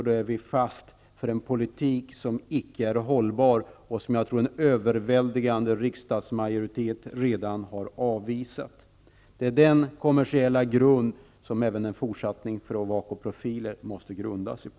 Då är vi fast i en politik som inte är hållbar och som jag tror att en överväldigande riksdagsmajoritet redan har avvisat. Det är den kommersiella grund som även en fortsättning för Ovako Profiler måste bygga på.